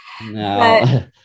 No